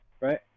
right